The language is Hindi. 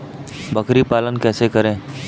बकरी पालन कैसे करें?